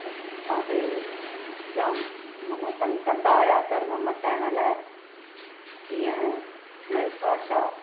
असांखे जाम माना तंग कंदा हुआ धर्म मटाइण लाइ कीअं मिरख बादशाह